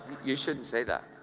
you shouldn't say that.